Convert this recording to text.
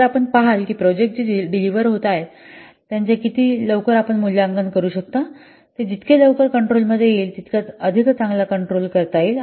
तर आपण पहाल की प्रोजेक्ट जे डिलिव्हर होत आहे त्याचे किती लवकर आपण मूल्यांकन करू शकता ते जितके लवकर कंट्रोल मध्ये येईल तितका अधिक चांगला कंट्रोल करता येईल